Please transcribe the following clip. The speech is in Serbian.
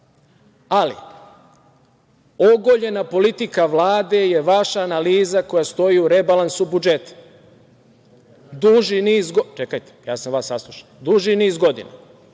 dala. Ogoljena politika Vlade je vaša analiza koja stoji u rebalansu budžeta, duži niz godina,